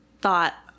thought